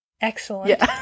Excellent